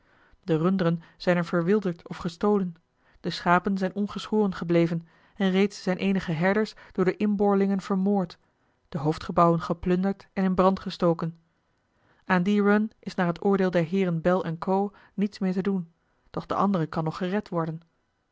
de runderen zijn er verwilderd of gestolen de schapen zijn ongeschoren gebleven en reeds zijn eenige herders door de inboorlingen eli heimans willem roda vermoord de hoofdgebouwen geplunderd en in brand gestoken aan die run is naar het oordeel der heeren bell co niets meer te doen doch de andere kan nog gered worden